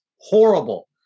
Horrible